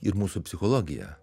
ir mūsų psichologiją